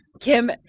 Kim